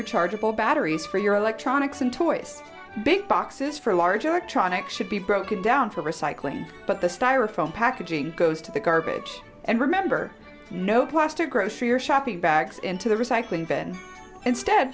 rechargeable batteries for your electronics and toys big boxes for large electronics should be broken down for recycling but the styrofoam packaging goes to the garbage and remember no plastic grocery or shopping bags into the recycling bin instead